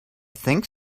think